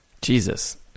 Jesus